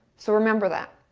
so remember that.